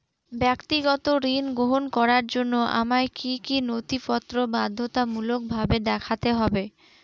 ব্যক্তিগত ঋণ গ্রহণ করার জন্য আমায় কি কী নথিপত্র বাধ্যতামূলকভাবে দেখাতে হবে?